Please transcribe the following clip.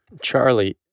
Charlie